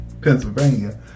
Pennsylvania